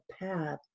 path